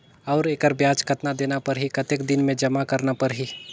और एकर ब्याज कतना देना परही कतेक दिन मे जमा करना परही??